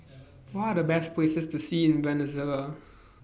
What Are The Best Places to See in Venezuela